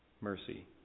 mercy